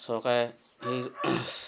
চৰকাৰে সেই